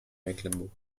mecklenburg